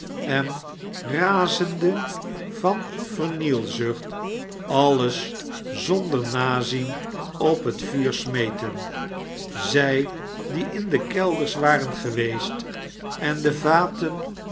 en razende van vernielzucht alles zonder nazien op het vuur smeten zij die in de kelders waren geweest en de vaten